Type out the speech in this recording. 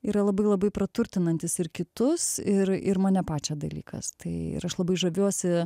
yra labai labai praturtinantis ir kitus ir ir mane pačią dalykas tai ir aš labai žaviuosi